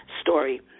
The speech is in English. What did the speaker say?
story